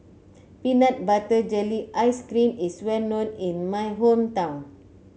Peanut Butter Jelly Ice cream is well known in my hometown